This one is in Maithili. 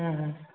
हूँ हूँ